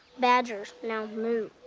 badgers. now move.